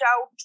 out